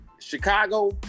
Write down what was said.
Chicago